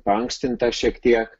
paankstinta šiek tiek